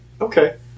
Okay